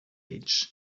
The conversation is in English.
age